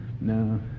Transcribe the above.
No